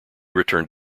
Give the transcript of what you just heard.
returned